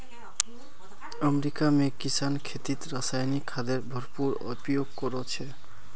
America में किसान खेतीत रासायनिक खादेर भरपूर उपयोग करो छे